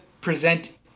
present